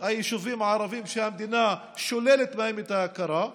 יישובים ערביים שהמדינה שוללת מהם את ההכרה,